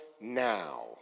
now